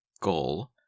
goal